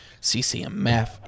CCMF